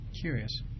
Curious